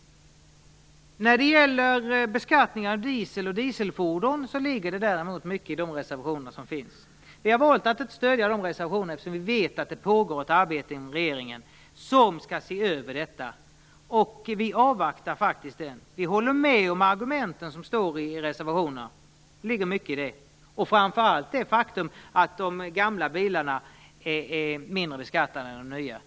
När det gäller beskattning av diesel och dieselfordon ligger det däremot mycket i de reservationer som finns. Vi har valt att inte stödja dem eftersom vi vet att det pågår ett arbete inom regeringen där man skall se över detta. Vi avvaktar det. Vi håller med om de argument som står i reservationerna, framför allt det faktum att de gamla bilarna är mindre beskattade än de nya.